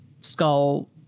skull